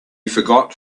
forgot